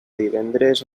divendres